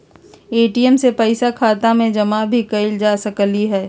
ATM से पइसा खाता में जमा भी कएल जा सकलई ह